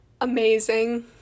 amazing